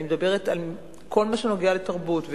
אני מדברת על כל מה שנוגע לתרבות,